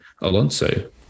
Alonso